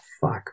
fuck